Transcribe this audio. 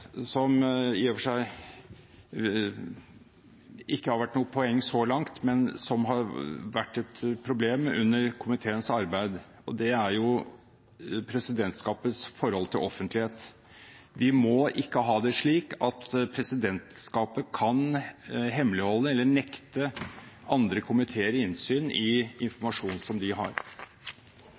som i og for seg ikke har vært noe poeng så langt, men som har vært et problem under komiteens arbeid, og det er presidentskapets forhold til offentlighet. Vi må ikke ha det slik at presidentskapet kan hemmeligholde eller nekte andre komiteer innsyn i informasjon som de har.